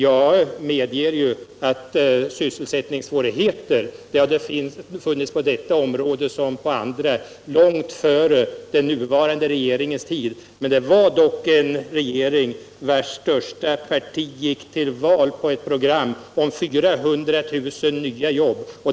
Jag medger att sysselsättningssvårigheter har det funnits på detta som på andra områden långt före den nuvarande regeringens tid, men den nuvarande nedgången i sysselsättningen sker dock under en regering vars största parti gick till val på programmet 400 000 nya jobb.